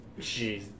Jeez